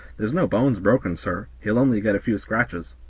there's no bones broken, sir he'll only get a few scratches.